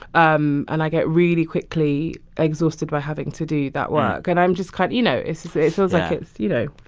um and i get really quickly exhausted by having to do that work. and i'm just kind you know, it's it's it so like it's, you know.